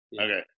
okay